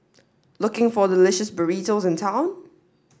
looking for delicious burritos in town